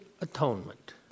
atonement